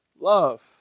love